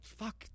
fuck